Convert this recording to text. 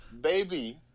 Baby